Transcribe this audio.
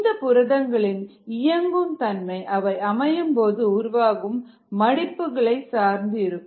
இந்த புரதங்களின் இயங்கும் தன்மை அவை அமையும் போது உருவாகும் மடிப்புகளை சார்ந்து இருக்கும்